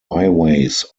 highways